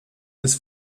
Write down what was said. des